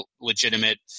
legitimate